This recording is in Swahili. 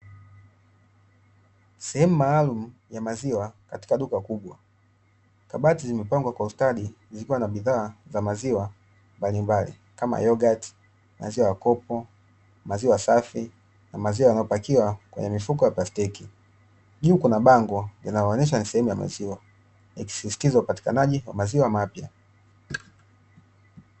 Sehemu maalum ya maziwa katika Sehemu maalumu maziwa katika duka kubwa, kabati limepangwa kwa ustadi zikiwa na bidhaa za maziwa mbalimbali kama: yogati, maziwa ya kopo, maziwa safi na maziwa yanayopakiwa kwenye mifuko ya plastiki, juu kuna bango linaloonesha ni sehemu ya maziwa ikisisitizwa upatikanaji wa maziwa mapya.